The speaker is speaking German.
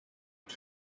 und